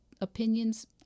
opinions